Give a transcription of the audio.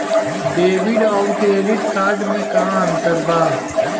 Debit आउर credit card मे का अंतर बा?